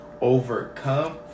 overcome